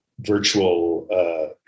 virtual